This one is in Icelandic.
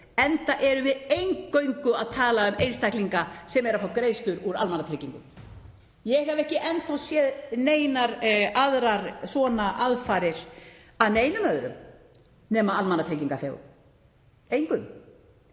enda erum við eingöngu að tala um einstaklinga sem fá greiðslur úr almannatryggingum. Ég hef ekki enn þá séð aðrar svona aðfarir að neinum öðrum en almannatryggingaþegum, engum.